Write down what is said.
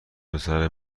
پسر